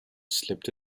slipped